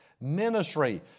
Ministry